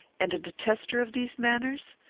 and a detester of these manners?